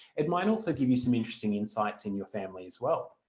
it might also give you some interesting insights in your family as well,